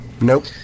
Nope